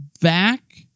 back